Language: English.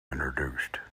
introduced